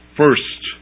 first